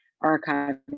archive